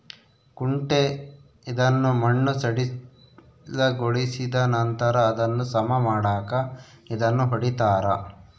ಕುಂಟೆ ಇದನ್ನು ಮಣ್ಣು ಸಡಿಲಗೊಳಿಸಿದನಂತರ ಅದನ್ನು ಸಮ ಮಾಡಾಕ ಇದನ್ನು ಹೊಡಿತಾರ